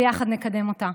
ויחד נקדם אותה.